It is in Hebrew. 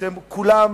שהן כולן,